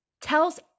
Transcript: tells